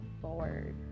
forward